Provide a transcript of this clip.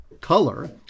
color